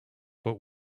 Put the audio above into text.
but